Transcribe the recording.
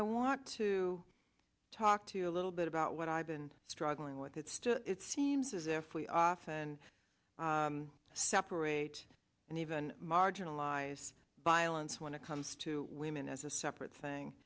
want to talk to you a little bit about what i've been struggling with it still it seems as if we often separate and even marginalized by alliance when it comes to women as a separate thing